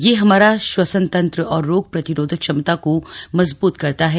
यह हमारा श्वसनतंत्र और रोग प्रतिरोधक क्षमता को मजबूत करता है